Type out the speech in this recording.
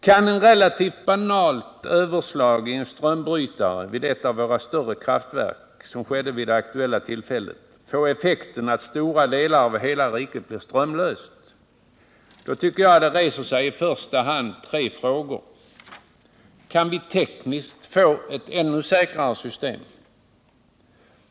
Kan ett relativt banalt överslag i en strömbrytare vid ett av våra större kraftverk, såsom skedde vid det aktuella tillfället, få den effekten att stora delar av hela riket blir strömlöst, då tycker jag att i första hand tre frågor reser sig: Kan vi tekniskt få ett ännu säkrare system?